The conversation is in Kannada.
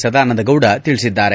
ಸದಾನಂದಗೌಡ ತಿಳಿಸಿದ್ದಾರೆ